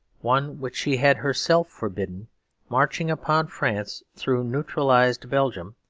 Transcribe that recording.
one which she had herself forbidden marching upon france through neutralised belgium,